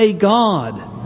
God